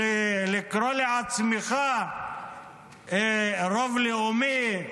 ולקרוא לעצמך "רוב לאומי",